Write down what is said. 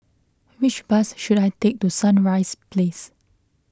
which bus should I take to Sunrise Place